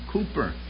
Cooper